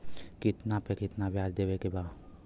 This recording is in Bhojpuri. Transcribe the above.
कितना पे कितना व्याज देवे के बा?